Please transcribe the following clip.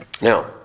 Now